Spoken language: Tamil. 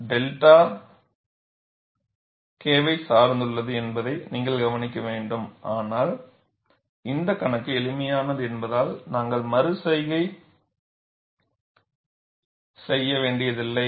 𝛅 Kவை சார்ந்துள்ளது என்பதை நீங்கள் கவனிக்க வேண்டும் ஆனால் இந்த கணக்கு எளிமையானது என்பதால் நான் ஒரு மறு செய்கை செய்ய வேண்டியதில்லை